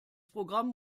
programm